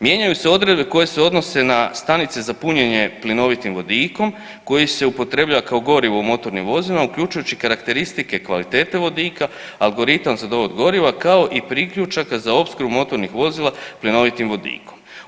Mijenjaju se odredbe koje se odnose na stanice za punjenje plinovitim vodikom koji se upotrebljava kao gorivo u motornim vozilima, uključujući karakteristike kvalitete vodika, algoritam za dovod goriva kao i priključaka za opskrbu motornih vozila plinovitim vodikom.